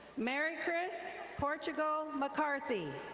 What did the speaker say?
merrychris portugal mccarthy.